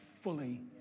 fully